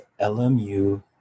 LMU